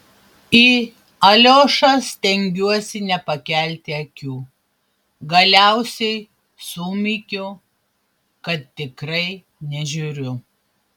į aliošą stengiuosi nepakelti akių galiausiai sumykiu kad tikrai nežiūriu